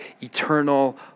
eternal